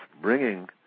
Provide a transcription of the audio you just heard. bringing